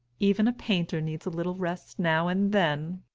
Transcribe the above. even a painter needs a little rest now and then.